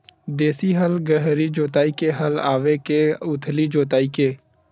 देशी हल गहरी जोताई के हल आवे के उथली जोताई के?